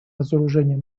разоружения